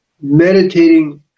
meditating